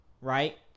right